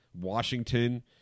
Washington